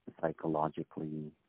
psychologically